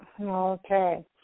Okay